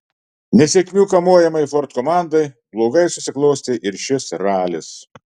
nesėkmių kamuojamai ford komandai blogai susiklostė ir šis ralis